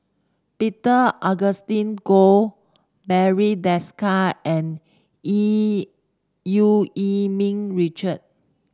Peter Augustine Goh Barry Desker and Yee Eu Yee Ming Richard